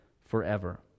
forever